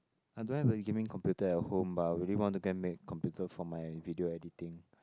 I don't have a gaming computer at home but I would really want to go and make a computer for my video editing